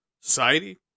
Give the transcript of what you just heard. Society